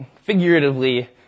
figuratively